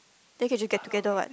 then can just get together what